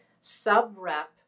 sub-rep